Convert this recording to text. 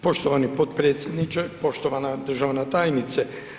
Poštovani potpredsjedniče, poštovana državna tajnice.